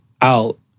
out